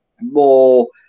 more